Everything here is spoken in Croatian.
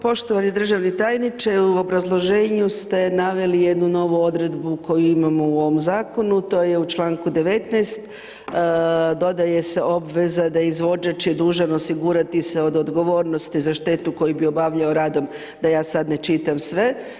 Poštovani državni tajniče, u obrazloženju ste naveli jednu novu odredbu koju imamo u ovom zakonu, to je u članku 19., dodaje se obveza da izvođač je dužan osigurati se od odgovornosti za štetu koju bi obavljao radom da ja sad ne čitam sve.